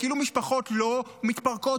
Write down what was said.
כאילו משפחות לא מתפרקות,